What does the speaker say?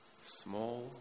small